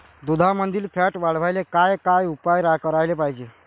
दुधामंदील फॅट वाढवायले काय काय उपाय करायले पाहिजे?